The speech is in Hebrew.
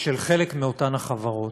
של חלק מאותן חברות.